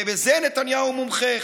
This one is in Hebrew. ובזה נתניהו מומחה.